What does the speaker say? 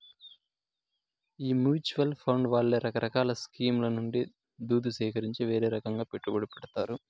ఈ mutual fund వాళ్లే రకరకాల స్కీంల నుండి దుద్దు సీకరించి వీరే రకంగా పెట్టుబడి పెడతారు